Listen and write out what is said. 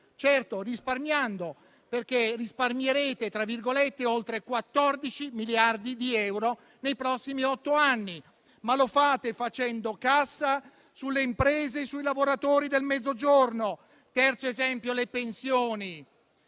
certo risparmiando. "Risparmierete" oltre 14 miliardi di euro nei prossimi otto anni, ma lo fate facendo cassa sulle imprese e sui lavoratori del Mezzogiorno. Il terzo esempio concerne le pensioni.